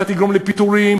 אתה תגרום לפיטורים,